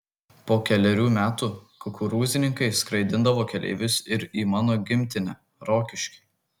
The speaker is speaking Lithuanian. po kelerių metų kukurūznikai skraidindavo keleivius ir į mano gimtinę rokiškį